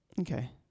Okay